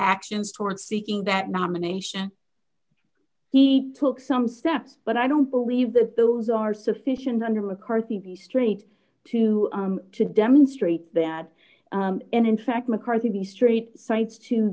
actions toward seeking that nomination he took some steps but i don't believe that those are sufficient under mccarthy v straight to to demonstrate that and in fact mccarthy the straight cites to